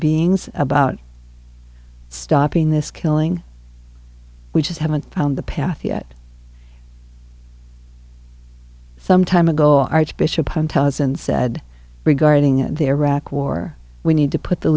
beings about stopping this killing we just haven't found the path yet some time ago archbishop pantelis and said regarding their rock war we need to put the